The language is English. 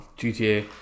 GTA